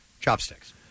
Chopsticks